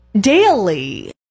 Daily